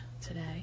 today